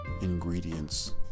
ingredients